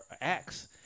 acts